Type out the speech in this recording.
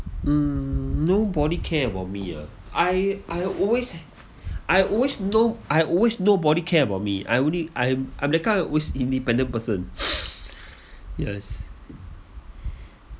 mm nobody care about me ah I I always I always know I always nobody care about me I only I'm the guy always independent person yes